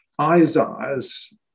Isaiah's